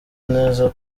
neza